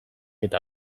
eta